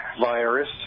virus